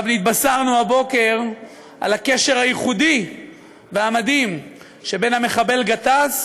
התבשרנו הבוקר על הקשר הייחודי והמדהים שבין המחבל גטאס